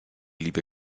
liebe